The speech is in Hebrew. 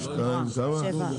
שבעה.